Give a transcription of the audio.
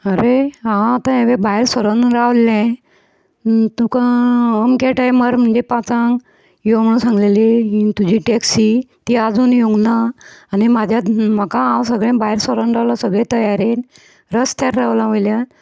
आरे हांव आतां एबय भायर सरोन रावल्लें तुका अमक्या टायमार म्हणजे पांचांक यो म्हूण सांगलेली तुजी टॅक्सी ती आजून येवंक ना आनी म्हाज्या हांव सगलें भायर सरोन रावलां सगले तयारेन रस्त्यार रावलां वयल्यान आनी